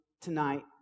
tonight